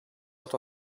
lot